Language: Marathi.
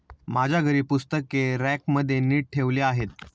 माझ्या घरी पुस्तके रॅकमध्ये नीट ठेवली आहेत